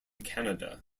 canada